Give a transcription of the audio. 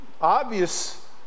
Obvious